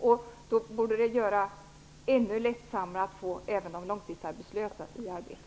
Det borde göra det ännu lättare när det gäller att få även de långtidsarbetslösa i arbete.